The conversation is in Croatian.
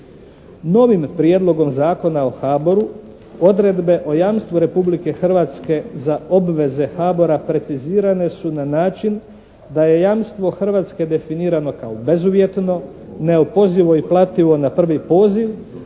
Novim Prijedlogom zakona o HABOR-u odredbe o jamstvu Republike Hrvatske za obveze HABOR-a precizirane su na način da je jamstvo Hrvatske definirano kao bezuvjetno, neopozive i plativo na prvi poziv